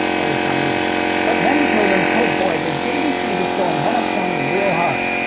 at least not easily. but then children, oh boy did jvc just go and one-up sony real hard.